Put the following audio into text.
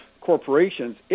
corporations